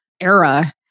era